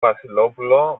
βασιλόπουλο